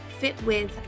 fitwith